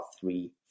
three